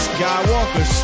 Skywalker